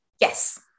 Yes